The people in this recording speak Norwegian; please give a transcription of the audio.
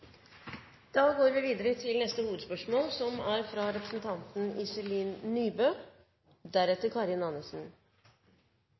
går videre til neste hovedspørsmål.